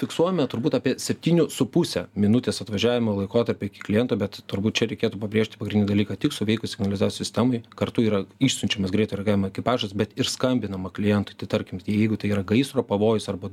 fiksuojame turbūt apie septynių su puse minutės atvažiavimo laikotarpį iki kliento bet turbūt čia reikėtų pabrėžti pagrindinį dalyką tik suveikus signalizacijos sistemai kartu yra išsiunčiamas greitojo reagavimo ekipažas bet ir skambinama klientui tai tarkim tai jeigu tai yra gaisro pavojus arba